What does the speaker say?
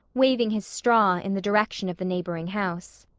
waving his straw in the direction of the neighboring house.